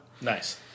Nice